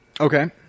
Okay